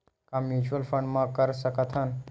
का mutual fund म कर सकत हन?